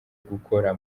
gukora